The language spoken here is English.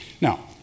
Now